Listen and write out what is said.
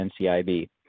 NCIB